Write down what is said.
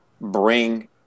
bring